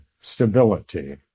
stability